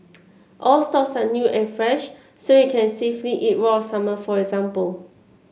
all stocks are new and fresh so you can safely eat raw salmon for example